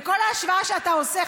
וכל ההשוואה שאתה עושה,